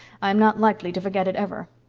i'm not likely to forget it ever.